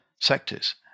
sectors